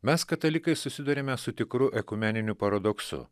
mes katalikai susiduriame su tikru ekumeniniu paradoksu